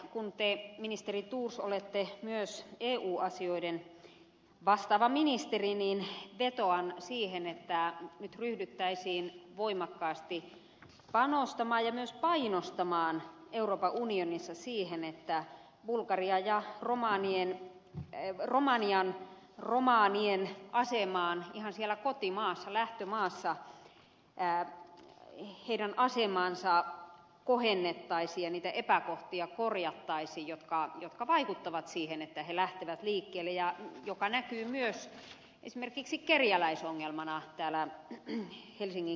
kun te ministeri thors olette myös eu asioista vastaava ministeri niin vetoan siihen että nyt ryhdyttäisiin voimakkaasti panostamaan ja myös painostamaan euroopan unionissa siihen että bulgarian ja romanian romanien asemaa ihan siellä kotimaassa lähtömaassa kohennettaisiin ja korjattaisiin niitä epäkohtia jotka vaikuttavat siihen että he lähtevät liikkeelle mikä näkyy myös esimerkiksi kerjäläisongelmana täällä helsinginkin kaduilla